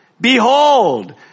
behold